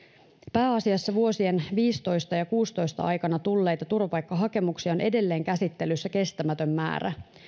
pääasiassa vuosien viisitoista ja kuusitoista aikana tulleita turvapaikkahakemuksia on edelleen käsittelyssä kestämätön määrä